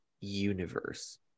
universe